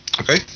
Okay